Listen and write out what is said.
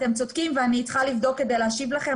אתם צודקים ואני צריכה לבדוק כדי להשיב לכם,